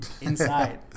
Inside